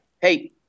hey